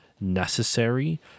necessary